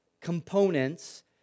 components